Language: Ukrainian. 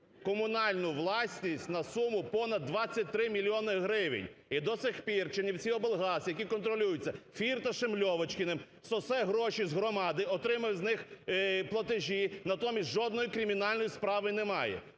комунальну власність на суму понад 23 мільйони гривень. І до сих пір "Чернівціоблгаз", які контролюються Фірташем-Льовочкіним сосе гроші з громади, отримує з них платежі, натомість жодної кримінальної справи не має.